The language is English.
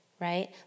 Right